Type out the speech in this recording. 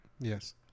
Yes